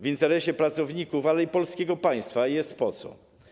W interesie pracowników, ale i polskiego państwa jest po co.